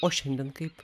o šiandien kaip